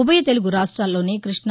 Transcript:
ఉభయ తెలుగు రాష్ట్రాల్లోని కృష్ణ